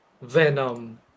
Venom